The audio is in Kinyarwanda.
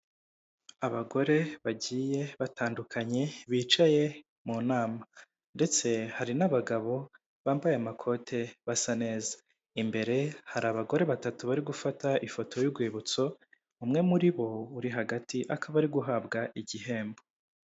Abagore bagiye batandukanye bicaye mu nama ndetse hari n'abagabo bambaye amakote basa neza, imbere hari abagore batatu bari gufata ifoto y'urwibutso umwe muri bo uri hagati akaba ari guhabwa igihembo.